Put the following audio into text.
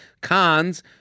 Cons